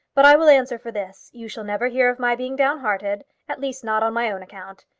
but i will answer for this you shall never hear of my being down-hearted. at least not on my own account,